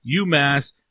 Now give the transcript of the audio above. UMass